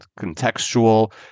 contextual